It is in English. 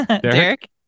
Derek